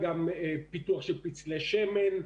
יש גם פיתוח של פצלי שמן,